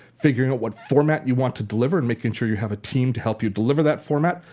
figure out what format you want to deliver, and making sure you have a team to help you deliver that format.